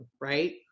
Right